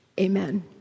amen